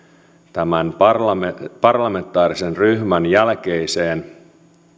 tämän parlamentaarisen ryhmän jälkeisen